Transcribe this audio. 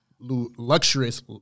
luxurious